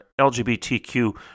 LGBTQ